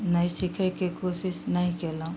नहि सीखैके कोशिश नहि केलहुॅं